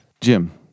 Jim